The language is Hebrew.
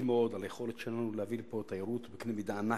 מאוד על היכולת שלנו להביא לפה תיירות בקנה מידה ענק,